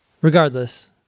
Regardless